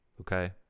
okay